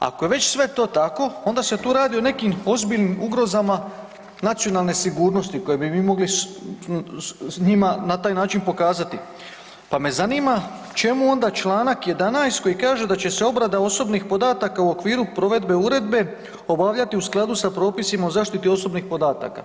Ako je već sve to tako, onda se tu radi o nekim ozbiljnim ugrozama nacionalne sigurnosti koje bi mi mogli njima na taj način pokazati pa me zanima čemu onda čl. 11 koji kaže da će se obrada osobnih podataka u okviru provedbe uredbe obavljati u skladu sa propisima o zaštiti osobnih podataka.